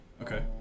Okay